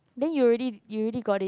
then you already you already got it